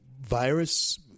virus